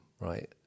right